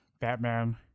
Batman